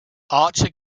archer